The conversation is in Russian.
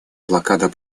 блокада